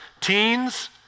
Teens